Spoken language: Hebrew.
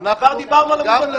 לא מתאים לשמוע.